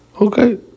Okay